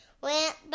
went